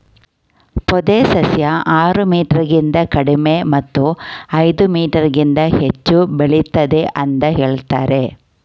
ಪೊದೆ ಸಸ್ಯ ಆರು ಮೀಟರ್ಗಿಂತ ಕಡಿಮೆ ಮತ್ತು ಐದು ಮೀಟರ್ಗಿಂತ ಹೆಚ್ಚು ಬೆಳಿತದೆ ಅಂತ ಹೇಳ್ತರೆ